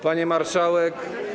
Pani Marszałek!